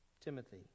Timothy